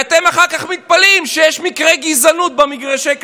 ואחר כך אתם מתפלאים שיש מקרי גזענות במגרשי כדורגל.